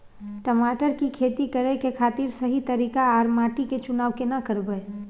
टमाटर की खेती करै के खातिर सही तरीका आर माटी के चुनाव केना करबै?